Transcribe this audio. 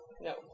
No